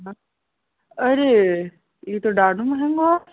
हा अड़े इहो त ॾाढो महांगो आहे